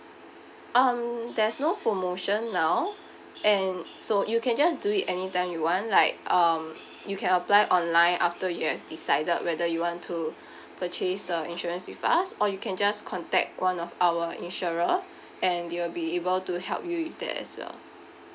um there's no promotion now and so you can just do it any time you want like um you can apply online after you have decided whether you want to purchase the insurance with us or you can just contact one of our insurer and they will be able to help you with that as well